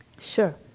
Sure